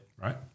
Right